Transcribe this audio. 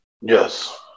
Yes